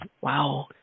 Wow